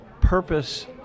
purpose